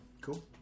Cool